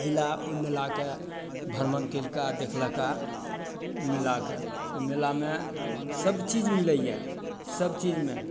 अइ लए ओइ मेलाके भ्रमण करिके देखलका मेलाके उ मेलामे सबचीज मिलइए सबचीजमे